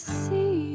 see